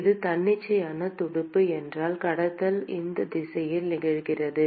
இது தன்னிச்சையான துடுப்பு என்றால் கடத்தல் இந்த திசையில் நிகழ்கிறது